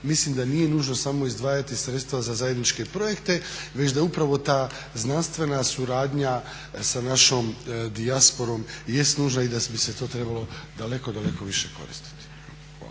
mislim da nije nužno samo izdvajati sredstva za zajedničke projekte već da upravo ta znanstvena suradnja sa našom dijasporom jest nužna i da bi se to trebalo daleko, daleko više koristiti.